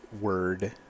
word